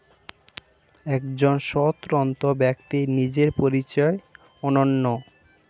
একজন স্বতন্ত্র ব্যক্তির নিজের পরিচয় অনন্য